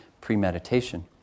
premeditation